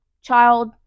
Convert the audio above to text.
Child